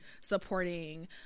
supporting